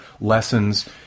lessons